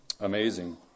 Amazing